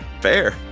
Fair